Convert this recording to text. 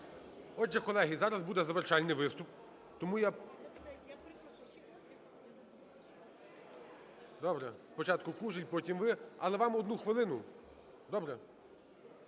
Отже, колеги, зараз буде завершальний виступ. Тому я… Добре, спочатку Кужель, потім ви. Але вам 1 хвилину, добре?